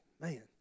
Man